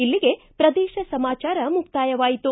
ಇಲ್ಲಿಗೆ ಪ್ರದೇಶ ಸಮಾಚಾರ ಮುಕ್ತಾಯವಾಯಿತು